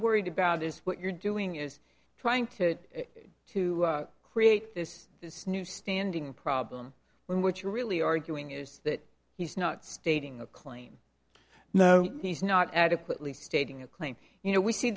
orried about is what you're doing is trying to to create this this new standing problem when what you're really arguing is that he's not stating a claim he's not adequately stating a claim you know we see